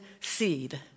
seed